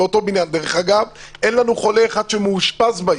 דרך אגב, אין לנו חולה אחד שמאושפז בעיר.